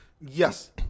Yes